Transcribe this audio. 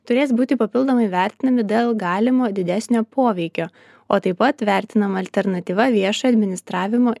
turės būti papildomai vertinami dėl galimo didesnio poveikio o taip pat vertinama alternatyva viešo administravimo